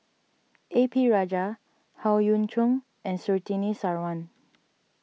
A P Rajah Howe Yoon Chong and Surtini Sarwan